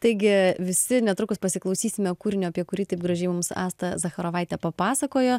taigi visi netrukus pasiklausysime kūrinio apie kurį taip gražiai mums asta zacharovaitė papasakojo